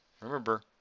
Remember